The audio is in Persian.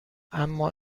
اما